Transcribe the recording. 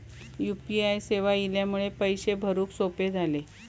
U P I सेवा इल्यामुळे पैशे भरुक सोपे झाले